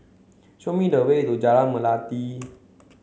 show me the way to Jalan Melati